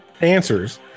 answers